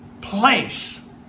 place